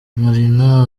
marina